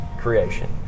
creation